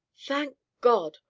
thank god!